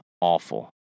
awful